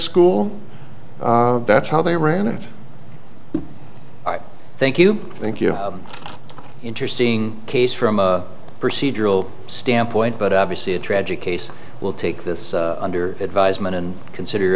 school that's how they ran and i thank you thank you interesting case from a procedural standpoint but obviously a tragic case will take this under advisement and consider